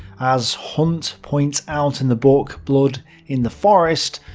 as hunt points out in the book blood in the forest,